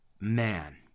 man